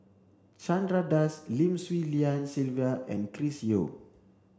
Chandra Das Lim Swee Lian Sylvia and Chris Yeo